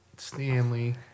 Stanley